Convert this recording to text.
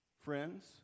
Friends